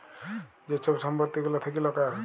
যে ছব সম্পত্তি গুলা থ্যাকে লকের